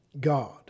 God